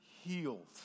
healed